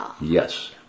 Yes